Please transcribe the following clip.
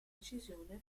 decisione